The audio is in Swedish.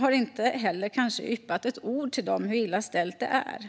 Kanske har de inte yppat ett ord till barnen om hur illa ställt det är.